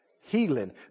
Healing